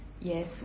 Yes